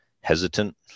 hesitant